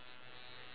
okay